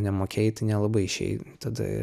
nemokėjai tai nelabai išeina tada